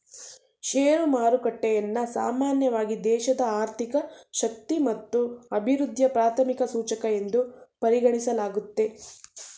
share ಮಾರುಕಟ್ಟೆಯನ್ನ ಸಾಮಾನ್ಯವಾಗಿ ದೇಶದ ಆರ್ಥಿಕ ಶಕ್ತಿ ಮತ್ತು ಅಭಿವೃದ್ಧಿಯ ಪ್ರಾಥಮಿಕ ಸೂಚಕ ಎಂದು ಪರಿಗಣಿಸಲಾಗುತ್ತೆ